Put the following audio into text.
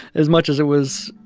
as much as it was,